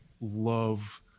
love